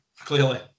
clearly